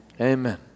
amen